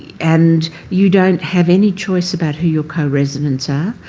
and you don't have any choice about who your coresidents are.